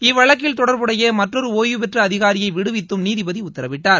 இவ்வழக்கில் தொடர்புடைய மற்றொரு ஓய்வு பெற்ற அதிகாரியை விடுவித்தும் நீதிபதி உத்தரவிட்டார்